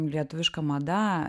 lietuviška mada